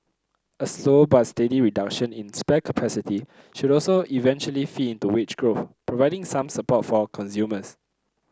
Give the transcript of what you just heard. a slow but steady reduction in spare capacity should also eventually feed into wage growth providing some support for consumers